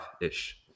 ish